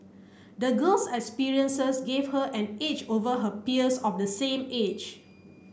the girl's experiences gave her an edge over her peers of the same age